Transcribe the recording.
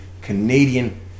Canadian